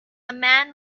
man